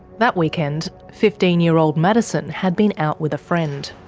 that weekend, fifteen year old madison had been out with a friend.